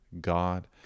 God